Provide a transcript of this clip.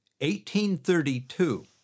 1832